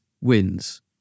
wins